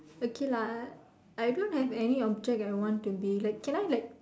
okay lah I don't have any object I want to be like can I like